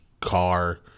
car